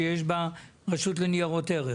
שיש ברשות לניירות ערך.